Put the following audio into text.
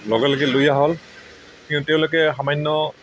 লগে লগে লৈ অহা হ'ল তেওঁলোকে সামান্য